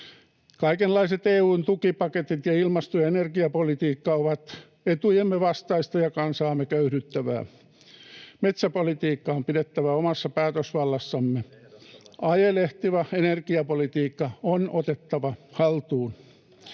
Kaikenlaiset EU:n tukipaketit sekä ilmasto- ja energiapolitiikka ovat etujemme vastaisia ja kansaamme köyhdyttäviä. Metsäpolitiikka on pidettävä omassa päätösvallassamme. [Petri Huru: Ehdottomasti!] Ajelehtiva energiapolitiikka on otettava haltuun.